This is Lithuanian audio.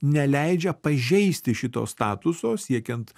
neleidžia pažeisti šito statuso siekiant